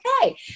okay